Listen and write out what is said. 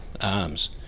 arms